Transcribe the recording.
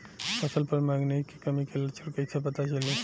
फसल पर मैगनीज के कमी के लक्षण कईसे पता चली?